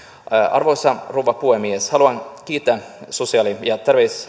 arvoisa rouva puhemies haluan kiittää sosiaali ja